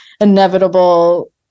inevitable